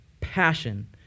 passion